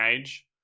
age